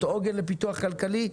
עוגן לפיתוח כלכלי?